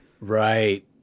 Right